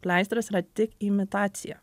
pleistras yra tik imitacija